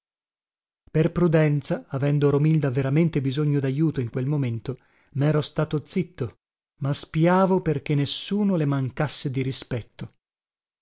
per prudenza avendo romilda veramente bisogno dajuto in quel momento mero stato zitto ma spiavo perché nessuno le mancasse di rispetto